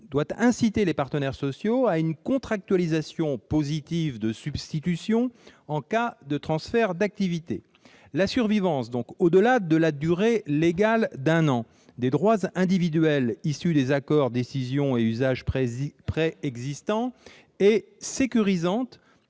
doit inciter les partenaires sociaux à une contractualisation positive de substitution en cas de transfert d'activité. La survivance, au-delà de la durée légale d'un an, des droits individuels issus des accords, décisions et usages préexistants est sécurisante